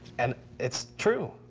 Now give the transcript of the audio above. and it's true.